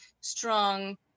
strong